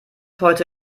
heute